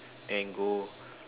then go